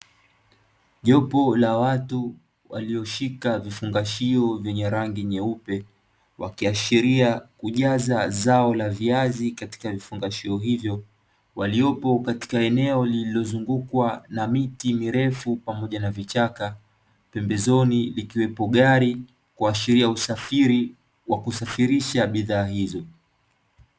Jopo la watu walioshika vifungashio vyenye rangi nyeupe, wakiashiria kujaza zao la viazi katika vifungashio hivyo, waliopo katika eneo lililozungukwa na miti mirefu pamoja na vichaka, pembezoni likiwepo gari kuashiria usafiri wa kusafirisha bidhaa hizo.